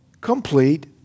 complete